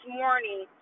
morning